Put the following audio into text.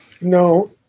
no